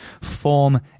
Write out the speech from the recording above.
form